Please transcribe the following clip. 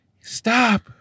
stop